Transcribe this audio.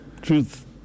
truth